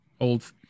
old